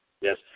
Yes